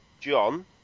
John